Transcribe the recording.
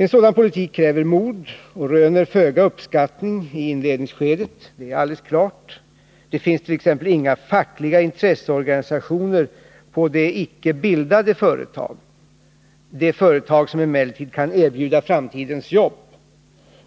En sådan politik kräver mod och röner föga uppskattning i inledningsskedet, det är helt klart. Det finns t.ex. inga fackliga intresseorganisationer på de icke bildade företagen, de företag som emellertid kan erbjuda framtidens jobb.